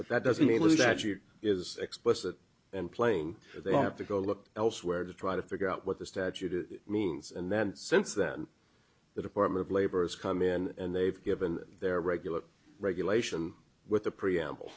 but that doesn't mean that it is explicit and plain they have to go look elsewhere to try to figure out what the statute it means and then since then the department of labor has come in and they've given their regular regulation with the preamble